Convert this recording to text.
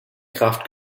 kraft